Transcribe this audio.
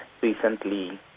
recently